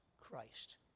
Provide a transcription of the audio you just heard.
Christ